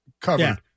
covered